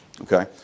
Okay